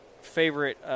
favorite